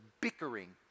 bickering